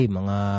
mga